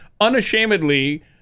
unashamedly